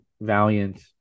Valiant